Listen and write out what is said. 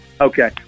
Okay